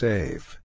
Save